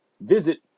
visit